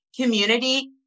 community